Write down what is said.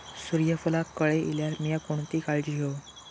सूर्यफूलाक कळे इल्यार मीया कोणती काळजी घेव?